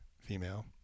female